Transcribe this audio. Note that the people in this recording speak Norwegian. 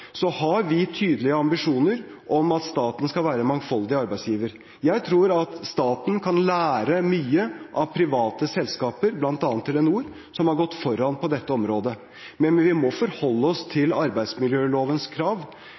Så har vi tydelige ambisjoner om at staten skal være en mangfoldig arbeidsgiver. Jeg tror at staten kan lære mye av private selskaper, bl.a. Telenor, som har gått foran på dette området. Men vi må forholde oss til arbeidsmiljølovens krav,